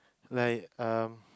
like um